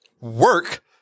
work